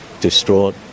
distraught